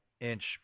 Inch